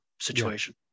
situation